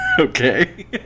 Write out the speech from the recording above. Okay